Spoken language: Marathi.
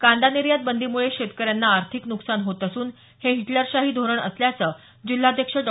कांदा निर्यात बंदीमुळे शेतकऱ्यांना आर्थिक नुकसान होत असून हे हिटलरशाही धोरण असल्याचं जिल्हाध्यक्ष डॉ